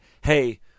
hey